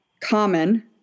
common